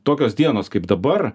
tokios dienos kaip dabar